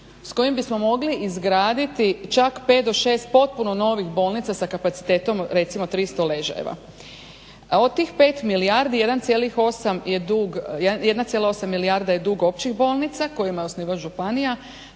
sa kojim bismo mogli izgraditi čak 5 do 6 potpuno novih bolnica sa kapacitetom recimo 300 ležajeva. Od tih 5 milijardi 1,8 milijarda je dug općih bolnica kojima je osnivač županija,